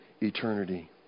eternity